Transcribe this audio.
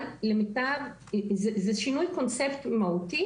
זה שינוי קונספט מהותי.